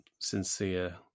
Sincere